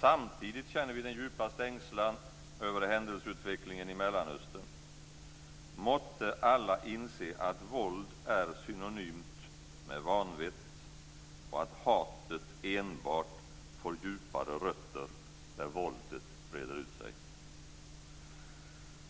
Samtidigt känner vi den djupaste ängslan över händelseutvecklingen i Mellanöstern. Måtte alla inse att våld är synonymt med vanvett och att hatet enbart får djupare rötter när våldet breder ut sig.